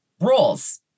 roles